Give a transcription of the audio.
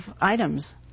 items